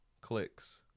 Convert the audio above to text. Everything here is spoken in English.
clicks